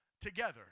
together